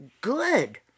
good